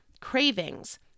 cravings